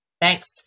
Thanks